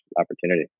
opportunity